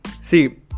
See